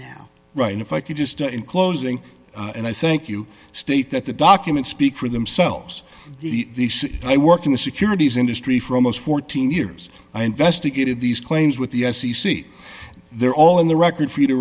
now right and if i could just in closing and i think you state that the documents speak for themselves the i worked in the securities industry for almost fourteen years i investigated these claims with the f c c they're all in the record for you to